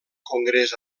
congrés